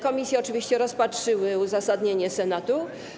Komisje oczywiście rozpatrzyły uzasadnienie Senatu.